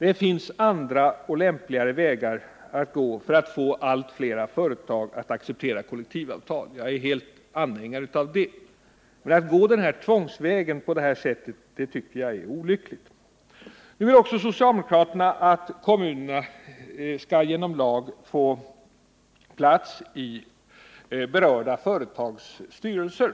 Det finns andra och lämpligare vägar att gå för att förmå allt fler företag att acceptera kollektivavtal. Jag är fullt ut anhängare av att så sker, men att på detta sätt tillgripa tvång tycker jag är olyckligt. Nu vill också socialdemokraterna att kommunerna genom lag skall få säte i de berörda företagens styrelser.